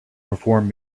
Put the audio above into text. perform